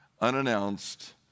unannounced